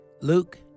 Luke